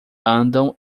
andam